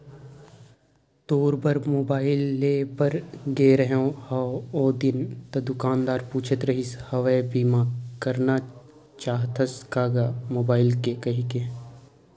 तोर बर मुबाइल लेय बर गे रेहें हव ओ दिन ता दुकानदार पूछत रिहिस हवय बीमा करना चाहथस का गा मुबाइल के कहिके